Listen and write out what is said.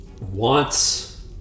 wants